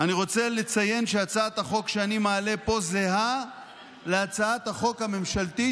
אני רוצה לציין שהצעת החוק שאני מעלה פה זהה להצעת החוק הממשלתית